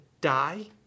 die